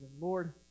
Lord